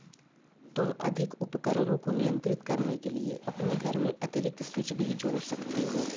तुम अधिक उपकरणों को नियंत्रित करने के लिए अपने घर में अतिरिक्त स्विच भी जोड़ सकते हो